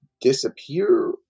disappear